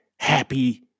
Happy